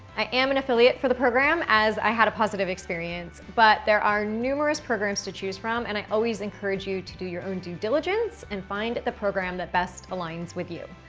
i am an affiliate for the program as i had a positive experience. but there are numerous programs to choose from and i always encourage you to do your own due diligence and find the program that best aligns with you.